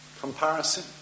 Comparison